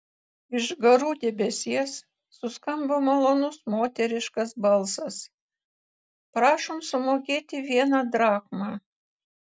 iš garų debesies suskambo malonus moteriškas balsas prašom sumokėti vieną drachmą